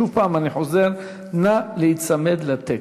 שוב אני חוזר, נא להיצמד לטקסט.